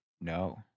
No